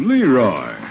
Leroy